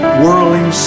whirling